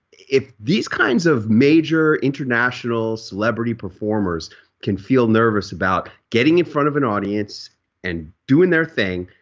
if these kinds of major international celebrity performers can feel nervous about getting in front of an audience and doing their thing,